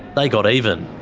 they got even.